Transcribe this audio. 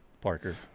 Parker